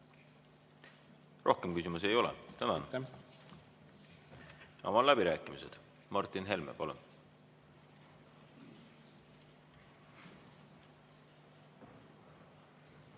Rohkem küsimusi ei ole. Tänan! Avan läbirääkimised. Martin Helme, palun!